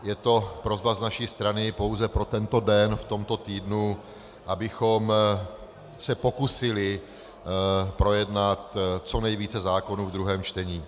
Je to prosba z naší strany pouze pro tento den v tomto týdnu, abychom se pokusili projednat co nejvíce zákonů ve druhém čtení.